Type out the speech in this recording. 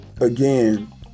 again